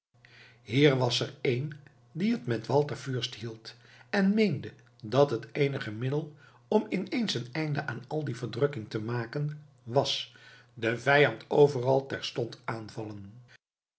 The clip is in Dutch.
hier was er een die het met walter fürst hield en meende dat het eenige middel om ineens een einde aan al die verdrukking te maken was den vijand overal terstond aanvallen